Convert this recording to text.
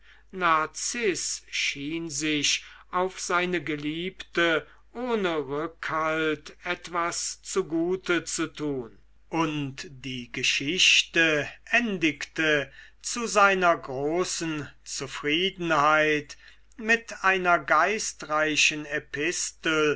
narziß schien sich auf seine geliebte ohne rückhalt etwas zugute zu tun und die geschichte endigte zu seiner großen zufriedenheit mit einer geistreichen epistel